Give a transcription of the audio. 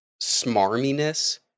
smarminess